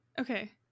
Okay